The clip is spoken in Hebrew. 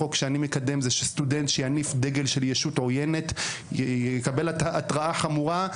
לפיו סטודנט שיניף דגל של ישות עוינת יקבל התרעה חמורה,